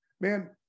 man